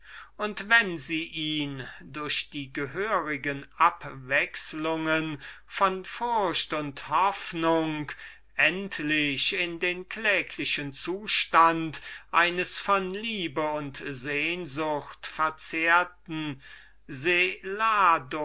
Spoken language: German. und wenn sie ihn durch die gehörige abwechslungen von furcht und hoffnung endlich in den kläglichen zustand eines von liebe und sehnsucht verzehrten